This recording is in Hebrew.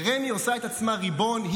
ורמ"י עושה את עצמה ריבון.